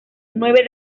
nueve